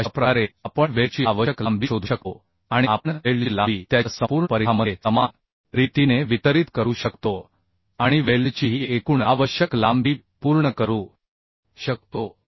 तर अशा प्रकारे आपण वेल्डची आवश्यक लांबी शोधू शकतो आणि आपण वेल्डची लांबी त्याच्या संपूर्ण परिघामध्ये समान रीतीने वितरित करू शकतो आणि वेल्डची ही एकूण आवश्यक लांबी पूर्ण करू शकतो